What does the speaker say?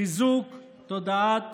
חיזוק תודעת